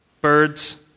birds